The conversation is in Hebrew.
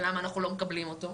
ולמה אנחנו לא מקבלים אותו,